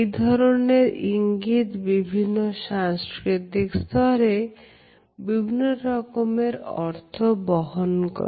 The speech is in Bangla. এই ধরনের ইঙ্গিত বিভিন্ন সাংস্কৃতিক স্তরে বিভিন্ন রকমের অর্থ বহন করে